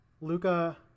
Luca